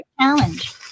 challenge